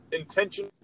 intention